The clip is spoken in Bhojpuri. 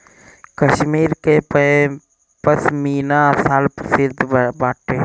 कश्मीर कअ पशमीना शाल प्रसिद्ध बाटे